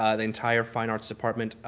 ah the entire fine arts department,